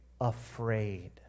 Afraid